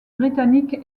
britannique